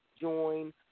join